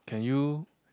can you